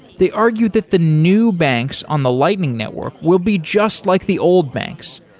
they argued that the new banks on the lightning network will be just like the old banks.